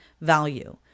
value